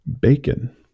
Bacon